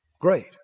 Great